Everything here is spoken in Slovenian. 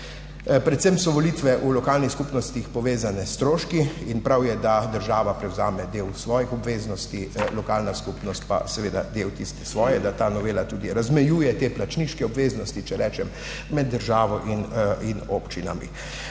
Predvsem so volitve v lokalnih skupnostih povezane s stroški. Prav je, da država prevzame del svojih obveznosti, lokalna skupnost pa seveda del tistih svojih, da ta novela tudi razmejuje te plačniške obveznosti, če rečem, med državo in občinami.